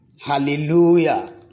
Hallelujah